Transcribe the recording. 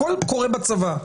הכול קורה בצבא,